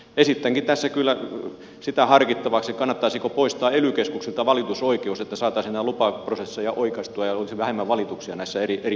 esitänkin tässä kyllä harkittavaksi sitä kannattaisiko poistaa ely keskuksilta valitusoikeus että saataisiin näitä lupaprosesseja oikaistua ja olisi vähemmän valituksia näissä eri portaissa